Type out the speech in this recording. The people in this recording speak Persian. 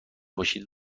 باشید